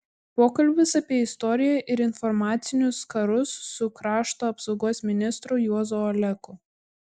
pokalbis apie istoriją ir informacinius karus su krašto apsaugos ministru juozu oleku